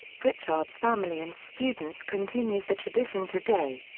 pritchard's family and students continues the tradition today.